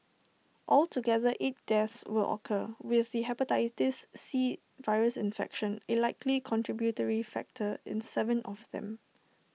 altogether eight deaths would occur with the Hepatitis C virus infection A likely contributory factor in Seven of them